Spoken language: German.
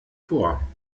vor